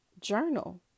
journal